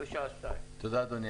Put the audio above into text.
אדוני.